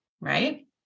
right